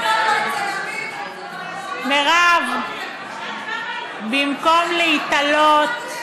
מירב, במקום להיתלות,